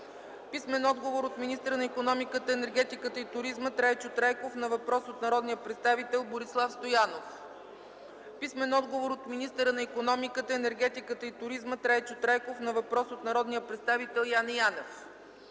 Митко Захов; - от министъра на икономиката, енергетиката и туризма Трайчо Трайков на въпрос от народния представител Борислав Стоянов; - от министъра на икономиката, енергетиката и туризма Трайчо Трайков на въпрос от народния представител Яне Янев;